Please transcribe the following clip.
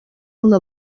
una